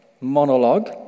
monologue